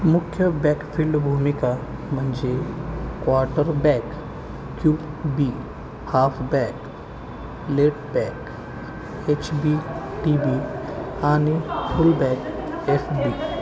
मुख्य बॅकफील्ड भूमिका म्हणजे quarterback Q B halfback tailback H B T B आणि फुलबॅक एफ बी